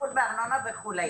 להשתתפות בארנונה וכו',